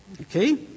okay